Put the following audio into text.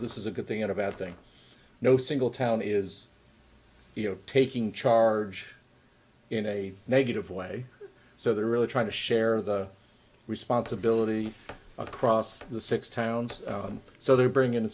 this is a good thing at a bad thing no single town is you know taking charge in a negative way so they're really trying to share the responsibility across the six towns so they bring in